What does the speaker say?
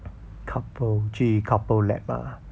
couple 去 Couplelab ah